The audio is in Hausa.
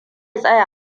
tsaya